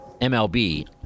MLB